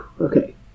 okay